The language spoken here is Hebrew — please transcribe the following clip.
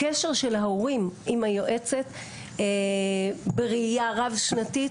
הקשר של ההורים עם היועצת, בראייה רב שנתית,